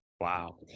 Wow